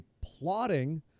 plotting